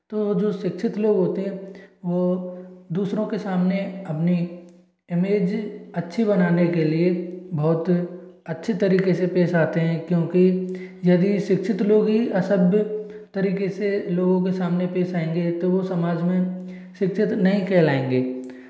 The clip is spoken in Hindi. तो जो शिक्षित लोग होते हैं वह दूसरों के सामने अपनी इमेज अच्छी बनाने के लिए बहुत अच्छे तरीके से पेश आते हैं क्योंकि यदि शिक्षित लोग ही असभ्य तरीके से लोगों के सामने पेश आएँगे तो वह समाज में शिक्षित नहीं कहलाएँगे